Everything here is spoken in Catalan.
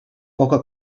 poca